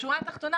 בשורה התחתונה,